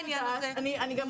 הנה אנחנו